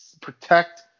Protect